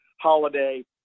holiday